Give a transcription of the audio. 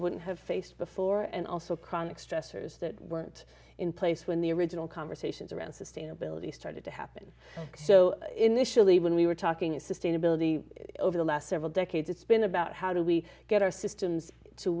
wouldn't have faced before and also chronic stressors that weren't in place when the original conversations around sustainability started to happen so initially when we were talking of sustainability over the last several decades it's been about how do we get our system